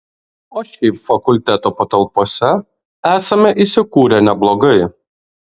o šiaip fakulteto patalpose esame įsikūrę neblogai